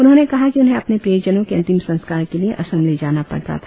उन्होंने कहा कि उन्हें अपने प्रियजनों के अंतीम संस्कार के लिए असम ले जाना पड़ता था